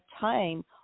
time